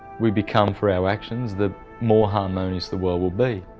we become for our actions, the more harmonious the world will be.